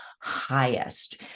highest